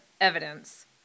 evidence